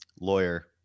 lawyer